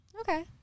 Okay